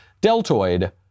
deltoid